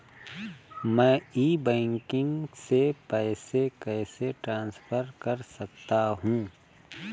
मैं e banking से पैसे कैसे ट्रांसफर कर सकता हूं?